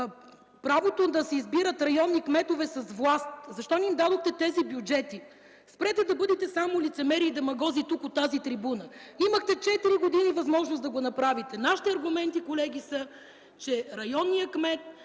правото да се избират районни кметове с власт? Защо не им дадохте тези бюджети? Спрете да бъдете само лицемери и демагози тук, от тази трибуна! Имахте четири години възможност да го направите. Нашите аргументи, колеги, са, че районният кмет